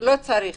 לא צריך,